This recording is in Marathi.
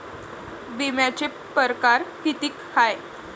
बिम्याचे परकार कितीक हाय?